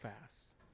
fast